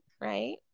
right